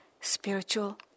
spiritual